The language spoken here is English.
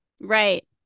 right